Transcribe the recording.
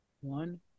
one